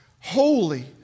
holy